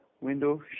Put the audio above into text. window